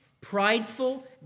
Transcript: prideful